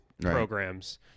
Programs